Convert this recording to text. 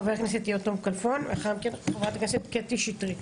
חבר הכנסת יום טוב כלפון ולאחר מכן חברת הכנסת קטי שטרית.